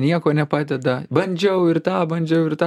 nieko nepadeda bandžiau ir tą bandžiau ir tą